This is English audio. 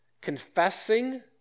confessing